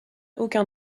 aucun